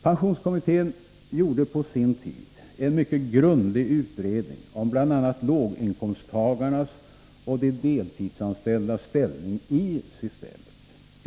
Pensionskommittén gjorde på sin tid en mycket grundlig utredning om bl.a. låginkomsttagarnas och de deltidsanställdas ställning i systemet.